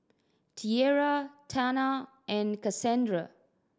Tiera Tana and Kasandra